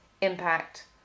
impact